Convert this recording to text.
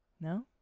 No